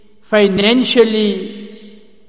financially